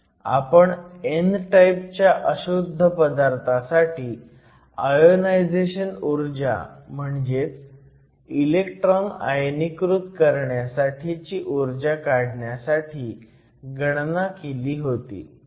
आपण n type च्या अशुद्ध पदार्थासाठी आयोनायझेशन ऊर्जा म्हणजेच इलेक्ट्रॉन आयनीकृत करण्यासाठीची ऊर्जा काढण्यासाठी गणना केली होती